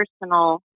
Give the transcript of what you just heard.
personal